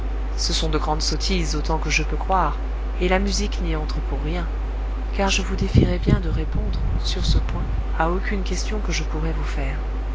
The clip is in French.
ce sont de grandes sottises autant que je peux croire et la musique n'y entre pour rien car je vous défierais bien de répondre sur ce point à aucune question que je pourrais vous faire